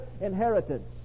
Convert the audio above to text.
inheritance